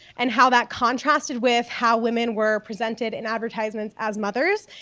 and how that contrasted with how women were presented in advertisements as mothers,